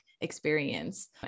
experience